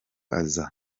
aza